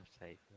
safe